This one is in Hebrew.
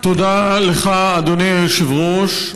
תודה לך, אדוני היושב-ראש.